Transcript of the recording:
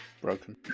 Broken